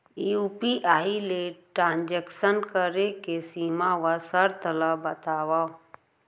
UPI ले transaction करे के सीमा व शर्त ला बतावव?